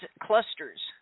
clusters